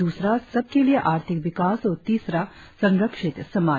दूसरा सबके लिए आर्थिक विकास और तीसरा संरक्षित समाज